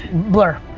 blur.